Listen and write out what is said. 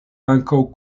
ankaŭ